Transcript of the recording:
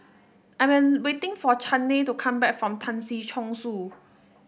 I'm waiting for Chaney to come back from Tan Si Chong Su